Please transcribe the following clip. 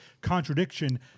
contradiction